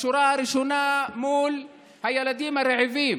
בשורה הראשונה מול הילדים הרעבים.